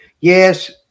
Yes